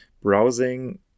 browsing